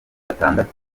batandatu